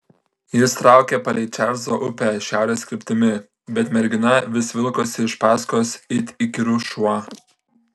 jis traukė palei čarlzo upę šiaurės kryptimi bet mergina vis vilkosi iš paskos it įkyrus šuo